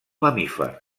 mamífers